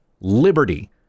liberty